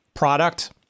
product